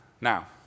Now